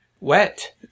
Wet